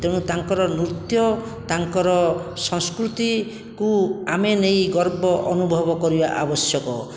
ତେଣୁ ତାଙ୍କର ନୃତ୍ୟ ତାଙ୍କର ସଂସ୍କୃତିକୁ ଆମେ ନେଇ ଗର୍ବ ଅନୁଭବ କରିବା ଆବଶ୍ୟକ